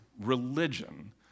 religion